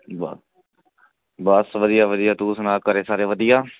ਬ ਬਸ ਵਧੀਆ ਵਧੀਆ ਤੂੰ ਸੁਣਾ ਘਰ ਸਾਰੇ ਵਧੀਆ